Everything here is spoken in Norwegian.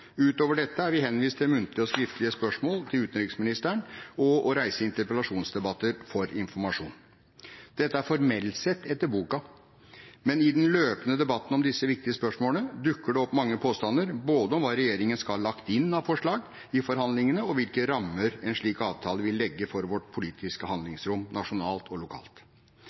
Utover dette er vi henvist til muntlige og skriftlige spørsmål til utenriksministeren og til å reise interpellasjonsdebatter for informasjon. Dette er formelt sett etter boka, men i den løpende debatten om disse viktige spørsmålene dukker det opp mange påstander, både om hva regjeringen skal ha lagt inn av forslag i forhandlingene, og om hvilke rammer en slik avtale vil legge for vårt politiske handlingsrom nasjonalt og lokalt.